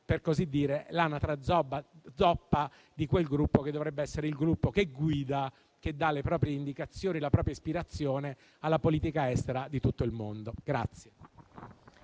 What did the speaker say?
per così dire - l'anatra zoppa di quel gruppo che dovrebbe guidare e dare le proprie indicazioni e la propria ispirazione alla politica estera di tutto il mondo. **Saluto